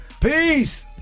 Peace